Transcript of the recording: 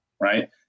right